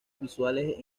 visuales